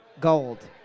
gold